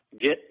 get